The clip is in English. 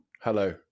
Hello